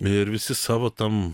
ir visi savo tam